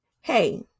hey